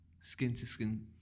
skin-to-skin